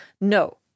No